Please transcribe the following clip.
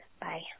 bye